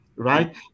Right